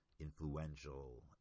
influential